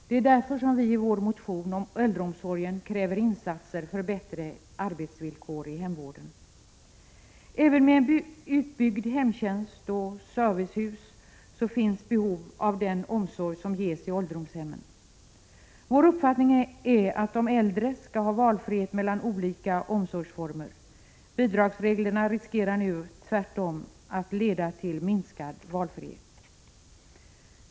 Det är därför vi i vår motion om äldreomsorgen kräver insatser för bättre arbetsvillkor i hemvården. Även med en utbyggd hemtjänst och en utbyggnad av servicehusen finns behov av den omsorg som ges i ålderdomshemmen. Vår uppfattning är att de äldre skall ha valfrihet mellan olika omsorgsformer. Bidragsreglerna riskerar nu tvärtom att leda till minskad valfrihet.